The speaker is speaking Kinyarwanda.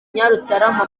nyarutarama